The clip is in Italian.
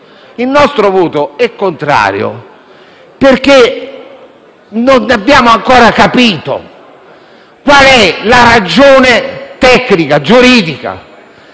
Il nostro voto sarà contrario, perché non abbiamo ancora capito qual è la ragione tecnica, giuridica,